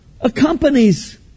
accompanies